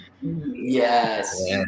Yes